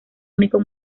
único